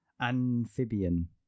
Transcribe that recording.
amphibian